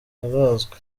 arazwi